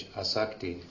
asakti